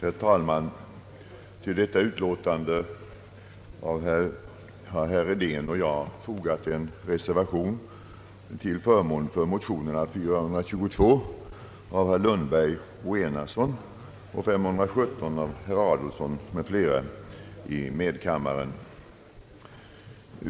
Herr talman! Till detta utlåtande har herr Hedin och jag fogat en reservation till förmån för motionerna nr 422 av herrar Lundberg och Enarsson i denna kammare samt nr 517 av herr Adolfsson m.fl. i medkammaren.